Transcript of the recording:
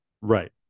right